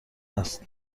است